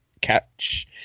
catch